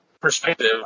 perspective